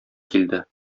килде